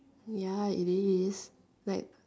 ya it is like